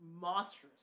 monstrous